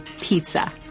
Pizza